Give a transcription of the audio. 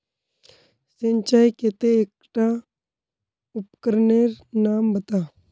सिंचाईर केते एकटा उपकरनेर नाम बता?